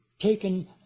taken